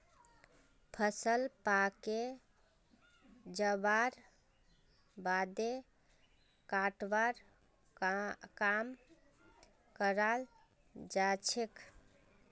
फसल पाके जबार बादे कटवार काम कराल जाछेक